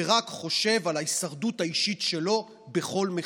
ורק חושב על ההישרדות האישית שלו בכל מחיר.